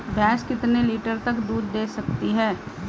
भैंस कितने लीटर तक दूध दे सकती है?